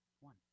One